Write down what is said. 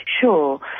Sure